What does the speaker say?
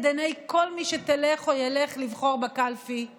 עיני כל מי שתלך או ילך לבחור בקלפי הוא